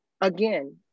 again